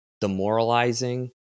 demoralizing